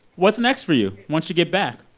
what's next for you once you get back?